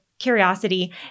curiosity